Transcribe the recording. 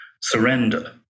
surrender